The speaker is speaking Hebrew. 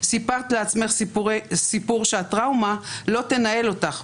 סיפרת לעצמך סיפור שהטראומה לא תנהל אותך,